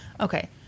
Okay